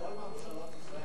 ממשלות ישראל